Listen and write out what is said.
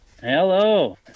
Hello